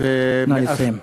נא לסיים.